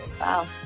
Wow